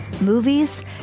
movies